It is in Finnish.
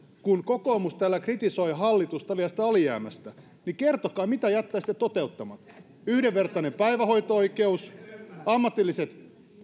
kun kokoomus täällä kritisoi hallitusta lievästä alijäämästä niin nyt kysymys kuuluu mitä jättäisitte toteuttamatta yhdenvertainen päivähoito oikeus ammatilliset